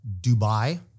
Dubai